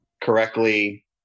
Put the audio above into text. correctly